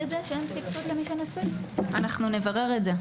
אנחנו נברר את זה.